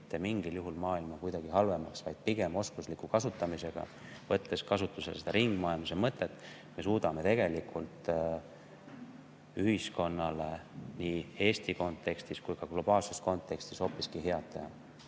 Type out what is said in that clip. mingil juhul maailma kuidagi halvemaks. Pigem me suudame oskusliku kasutamisega, võttes kasutusele seda ringmajanduse mõtet, tegelikult ühiskonnale nii Eesti kontekstis kui ka globaalses kontekstis hoopiski head